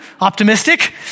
optimistic